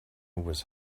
was